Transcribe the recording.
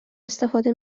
استفاده